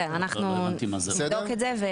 כן, אנחנו נבדוק את זה.